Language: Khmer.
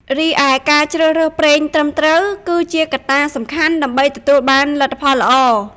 រីឯ ការជ្រើសរើសប្រេងត្រឹមត្រូវ គឺជាកត្តាសំខាន់ដើម្បីទទួលបានលទ្ធផលល្អ។